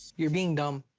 you're being dumb.